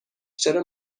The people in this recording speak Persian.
چرا